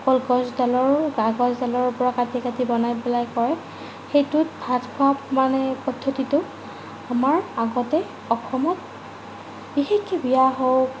কলগছডালৰ গাগছ ডালৰ পৰা কাটি কাটি বনাই পেলাই কৰে সেইটোত ভাত খোৱা মানে পদ্ধতিটো আমাৰ আগতে অসমত বিশেষকৈ বিয়া হওক